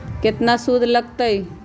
केतना सूद लग लक ह?